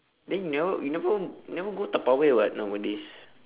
then you never you never you never go Tupperware [what] nowadays